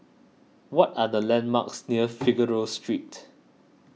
what are the landmarks near Figaro Street